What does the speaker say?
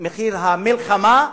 מחיר המלחמה,